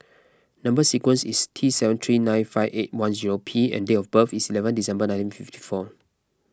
Number Sequence is T seven three nine five eight one zero P and date of birth is eleven December nineteen fifty four